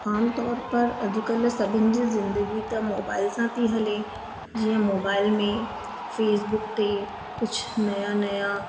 आमतौर पर अॼुकल्ह सभिनि जी ज़िंदगी त मोबाइल सां थी हले जीअं मोबाइल में फेसबुक ते कुझु नया नया